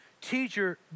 teacher